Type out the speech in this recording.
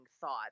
thoughts